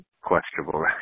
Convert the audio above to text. questionable